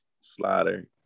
slider